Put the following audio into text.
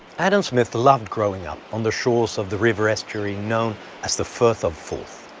adam smith loved growing up on the shores of the river estuary known as the firth of forth.